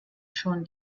schon